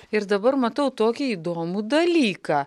ir dabar matau tokį įdomų dalyką